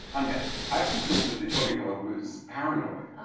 um yeah i actually thought that the bodyguard was paranoid.